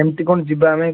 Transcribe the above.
କେମତି କଣ ଯିବା ଆମେ